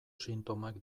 sintomak